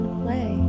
play